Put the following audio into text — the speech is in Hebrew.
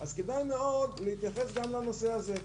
אז כדאי מאוד להתייחס גם לנושא הזה.